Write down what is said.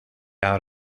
out